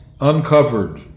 Uncovered